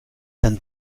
dann